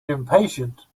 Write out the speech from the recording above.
impatient